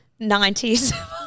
90s